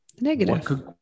negative